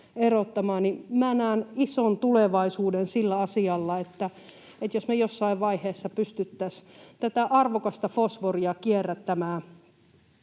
näen ison tulevaisuuden sillä asialla, että me jossain vaiheessa pystyttäisiin tätä arvokasta fosforia kierrättämään